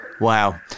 Wow